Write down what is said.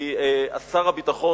כי שר הביטחון,